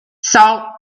salt